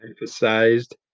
emphasized